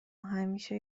همیشه